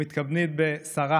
אנחנו מתכבדים בשרה